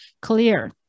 clear